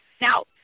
Now